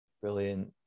Brilliant